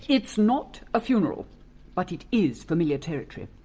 it's not a funeral but it is familiar territory.